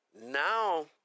Now